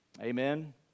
Amen